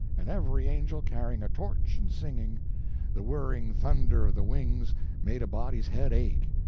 and every angel carrying a torch and singing the whirring thunder of the wings made a body's head ache.